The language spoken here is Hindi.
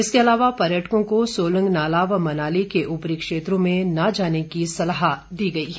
इसके अलावा पर्यटकों को सोलंग नाला व मनाली के उपरी क्षेत्रों में न जाने की सलाह दी है